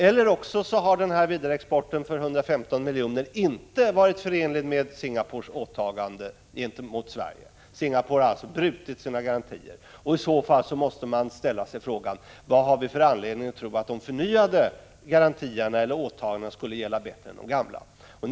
Eller också har den här vidareexporten på 115 milj.kr. inte varit förenlig med Singapores åtagande gentemot Sverige, dvs. att Singapore har frångått sina garantier. I så fall måste man ställa frågan: Vad har vi för anledning att tro att Singapore bättre skulle hålla fast vid de förnyade garantierna eller åtagandena?